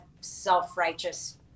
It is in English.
self-righteous